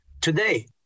Today